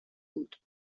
بود